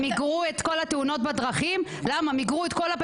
מיגרו את כל תאונות הדרכים?